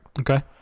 Okay